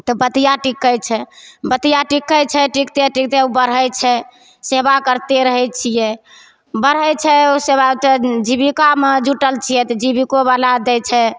तऽ बतिया टीकैत छै बतिया टीकैत छै टिकते टिकते ओ बढ़ैत छै सेबा करते रहैत छियै बढ़ैत छै ओहि सेबासे जीबिकामे टल छियै तऽ जीबिकोबला दै छै